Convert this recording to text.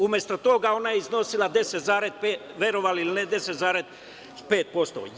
Umesto toga, ona je iznosila, verovali ili ne, 10,5%